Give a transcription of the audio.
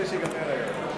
אנחנו ממשיכים בסדר-היום: